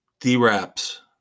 D-Raps